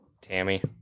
tammy